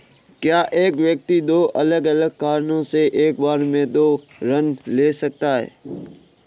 क्या एक व्यक्ति दो अलग अलग कारणों से एक बार में दो ऋण ले सकता है?